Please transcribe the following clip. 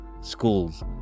schools